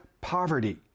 poverty